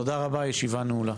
תודה רבה, הישיבה נעולה.